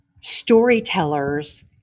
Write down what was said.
storytellers